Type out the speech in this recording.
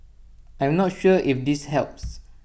I am not sure if this helps